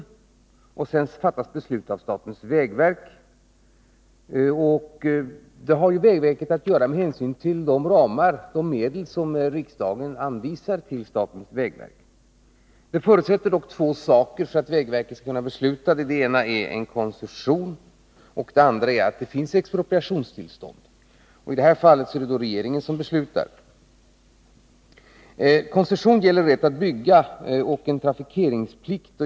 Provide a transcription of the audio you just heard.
Beslut om bidrag fattas sedan av statens vägverk, vars ställningstaganden sker inom ramen för de medel som riksdagen anvisar till statens vägverk. Två villkor måste dock vara uppfyllda för att vägverket skall kunna fatta sådant beslut. Det ena är att koncession beviljats, och det andra är att det föreligger expropriationstillstånd. I dessa fall är det regeringen som beslutar. Koncessionsfrågan gäller rätten att bygga och trafikeringsplikten.